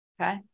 Okay